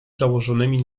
założonymi